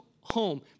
home